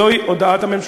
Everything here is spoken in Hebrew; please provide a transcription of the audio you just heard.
זוהי הודעת הממשלה.